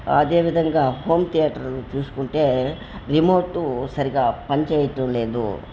అదేవిధంగా హోమ్ థియేటర్లు చూసుకుంటే రిమోటు సరిగ్గా పనిచేయడం లేదు